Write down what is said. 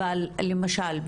למשל,